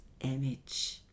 image